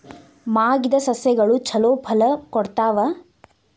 ಮಾಗಿದ್ ಸಸ್ಯಗಳು ಛಲೋ ಫಲ ಕೊಡ್ತಾವಾ?